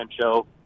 show